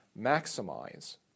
Maximize